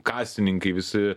kasininkai visi